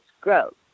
growth